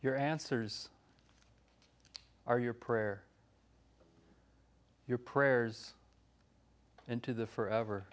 your answers are your prayer your prayers into the forever